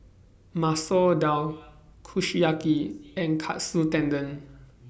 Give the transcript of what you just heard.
Masoor Dal Kushiyaki and Katsu Tendon